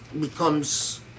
becomes